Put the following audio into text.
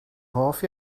hoff